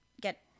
get